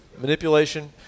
manipulation